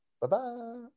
bye-bye